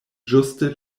ĝuste